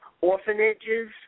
orphanages